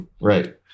Right